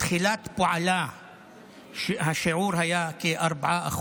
בתחילת פועלה השיעור היה כ-4%,